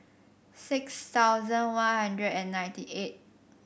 six thousand One Hundred and ninety eight